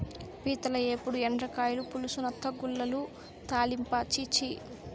పీతల ఏపుడు, ఎండ్రకాయల పులుసు, నత్తగుల్లల తాలింపా ఛీ ఛీ